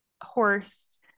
horse